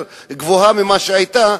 יותר גבוהה ממה שהיתה,